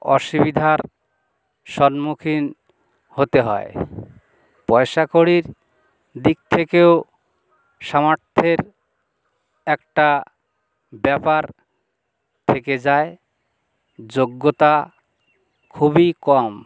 অসুবিধার সন্মুখীন হতে হয় পয়সা কড়ির দিক থেকেও সামর্থ্যের একটা ব্যাপার থেকে যায় যোগ্যতা খুবই কম